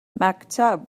maktub